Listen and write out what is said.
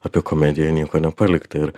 apie komediją nieko nepalikta ir